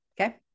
okay